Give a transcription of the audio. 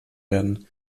werden